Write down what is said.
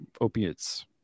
opiates